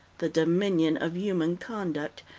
the dominion of human conduct,